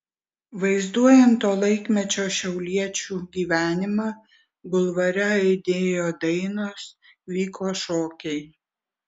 vaizduojant to laikmečio šiauliečių gyvenimą bulvare aidėjo dainos vyko šokiai